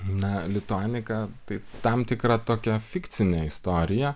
na lituanika tai tam tikra tokia fikcinė istorija